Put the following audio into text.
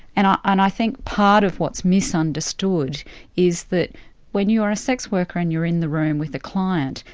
and um and i think part of what's misunderstood is that when you're a sex worker and you're in the room with a client,